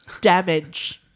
damage